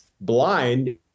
Blind